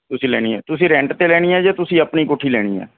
ਤੁਸੀਂ ਲੈਣੀ ਆ ਤੁਸੀਂ ਰੈਂਟ 'ਤੇ ਲੈਣੀ ਆ ਜਾਂ ਤੁਸੀਂ ਆਪਣੀ ਕੋਠੀ ਲੈਣੀ ਆ